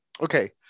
Okay